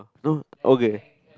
no okay